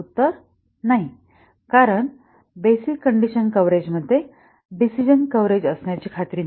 उत्तर नाही कारण बेसिक कंडिशन कव्हरेज मध्ये डिसिजन कव्हरेज असण्याची खात्री नाही